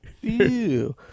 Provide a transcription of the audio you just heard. ew